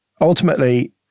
Ultimately